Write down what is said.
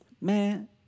man